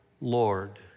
Lord